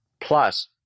plus